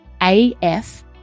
af